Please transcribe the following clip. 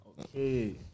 Okay